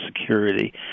security